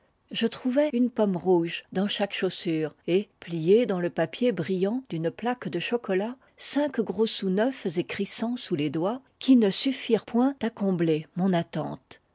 je trouvai une pomme rouge dans chaque chaussure et pliés dans le papier brillant d'une plaque de chocolat cinq gros sous neufs et crissants sous les doigts qui ne suffirent point à combler mon attente